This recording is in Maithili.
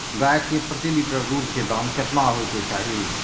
गाय के प्रति लीटर दूध के दाम केतना होय के चाही?